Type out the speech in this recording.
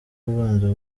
ubanza